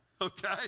Okay